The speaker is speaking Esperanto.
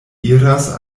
iras